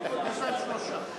הודעתי לו.